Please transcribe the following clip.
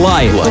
Life